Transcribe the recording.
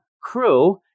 crew